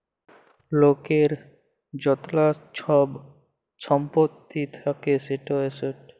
লকের য্তলা ছব ছম্পত্তি থ্যাকে সেট এসেট